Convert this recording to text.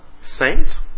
saint